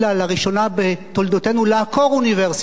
לראשונה בתולדותינו לעקור אוניברסיטה.